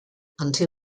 until